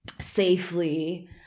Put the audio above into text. safely